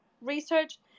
research